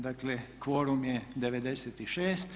Dakle kvorum je 96.